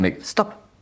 stop